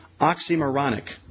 oxymoronic